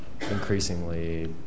increasingly